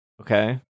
Okay